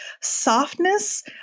softness